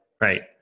right